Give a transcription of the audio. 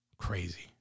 crazy